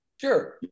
sure